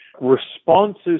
responses